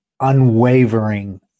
unwavering